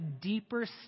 deeper